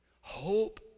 hope